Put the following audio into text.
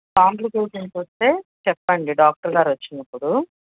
complications వస్తే చెప్పండి doctor గారు వచ్చినప్పుడు